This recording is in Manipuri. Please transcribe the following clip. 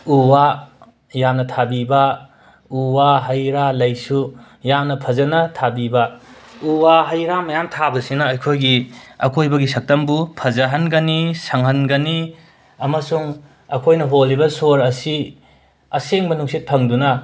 ꯎ ꯋꯥ ꯌꯥꯝꯅ ꯊꯥꯕꯤꯕ ꯎ ꯋꯥ ꯍꯩ ꯔꯥ ꯂꯩ ꯁꯨ ꯌꯥꯝꯅ ꯐꯖꯅ ꯊꯥꯕꯤꯕ ꯎ ꯋꯥ ꯍꯩ ꯔꯥ ꯃꯌꯥꯝ ꯊꯥꯕꯁꯤꯅ ꯑꯩꯈꯣꯏꯒꯤ ꯑꯀꯣꯏꯕꯒꯤ ꯁꯛꯇꯝꯕꯨ ꯐꯖꯍꯟꯒꯅꯤ ꯁꯪꯍꯟꯒꯅꯤ ꯑꯃꯁꯨꯡ ꯑꯩꯈꯣꯏꯅ ꯍꯣꯜꯂꯤꯕ ꯁꯣꯔ ꯑꯁꯤ ꯑꯁꯦꯡꯕ ꯅꯨꯡꯁꯤꯠ ꯐꯪꯗꯨꯅ